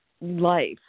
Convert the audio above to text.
life